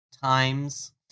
times